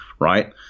right